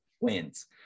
wins